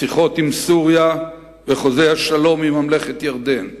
השיחות עם סוריה וחוזה השלום עם ממלכת ירדן.